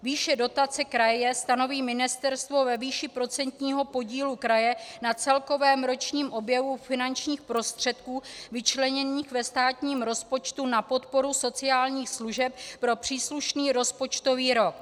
Výše dotace kraje stanoví ministerstvo ve výši procentního podílu kraje na celkovém ročním objemu finančních prostředků vyčleněných ve státním rozpočtu na podporu sociálních služeb pro příslušný rozpočtový rok.